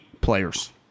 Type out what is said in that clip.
players